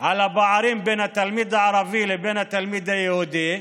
על הפערים בין התלמיד הערבי לבין התלמיד היהודי.